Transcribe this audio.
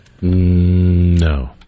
No